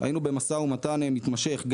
היינו במשא ומתן מתמשך.